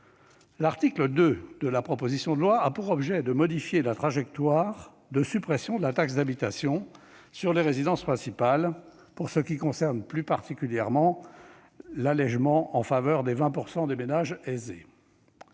L'article 2 de la proposition de loi a pour objet de modifier la trajectoire de suppression de la taxe d'habitation sur les résidences principales pour ce qui concerne, plus particulièrement, l'allègement en faveur des « 20 % de ménages aisés